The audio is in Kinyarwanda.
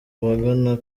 bagana